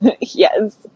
Yes